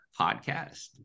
podcast